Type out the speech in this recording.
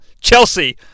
Chelsea